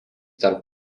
tarp